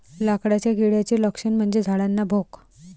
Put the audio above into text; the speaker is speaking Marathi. लाकडाच्या किड्याचे लक्षण म्हणजे झाडांना भोक